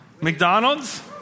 McDonald's